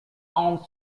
aunt